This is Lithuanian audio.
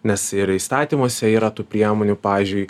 nes ir įstatymuose yra tų priemonių pavyzdžiui